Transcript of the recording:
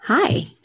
Hi